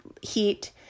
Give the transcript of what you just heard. heat